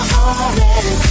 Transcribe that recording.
already